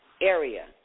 area